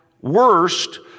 worst